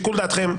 לשיקול דעתכם.